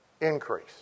increase